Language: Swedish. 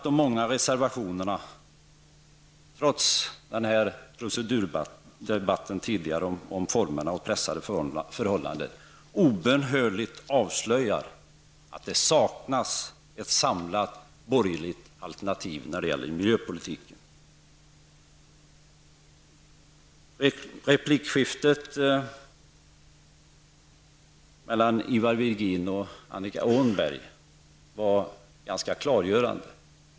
De många reservationerna avslöjar, trots procedurdebatten och de pressade förhållandena, obönhörligen att det saknas ett samlat borgerligt alternativ när det gäller miljöpolitiken. Åhnberg var ganska klargörande.